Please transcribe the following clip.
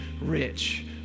rich